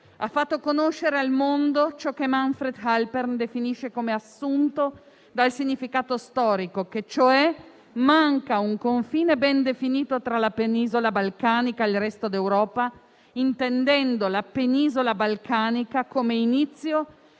ha fatto conoscere al mondo ciò che Manfred Halpern definisce come assunto dal significato storico, e cioè che cioè manca un confine ben definito tra la Penisola balcanica e il resto d'Europa, intendendo la Penisola balcanica come inizio